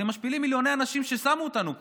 אתם משפילים מיליוני אנשים ששמו אותנו פה.